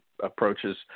approaches